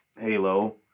Halo